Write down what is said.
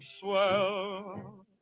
swell